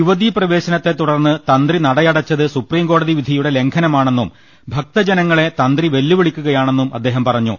യുവതീപ്രവേശനത്തെതുടർന്ന് തന്ത്രി നടയടച്ചത് സുപ്രീംകോടതി വിധിയുടെ ലംഘനമാണെന്നും ഭക്തജനങ്ങളെ തന്ത്രി വെല്ലുവിളിക്കുകയാണെന്നും അദ്ദേഹം പറഞ്ഞു